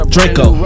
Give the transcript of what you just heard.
Draco